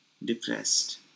depressed